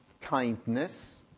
kindness